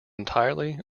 entirely